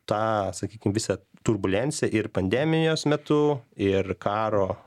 tą sakykime visą turbulenciją ir pandemijos metu ir karo